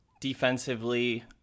defensively